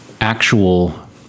actual